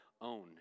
own